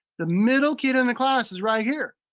the middle kid in the class is right here.